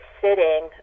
sitting